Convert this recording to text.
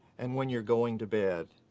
and when you're going to bed,